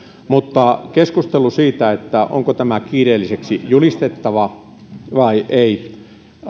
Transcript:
mutta keskustelu siitä onko tämä kiireelliseksi julistettava vai ei